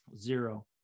zero